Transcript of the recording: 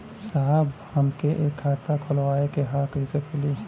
साहब हमके एक खाता खोलवावे के ह कईसे खुली?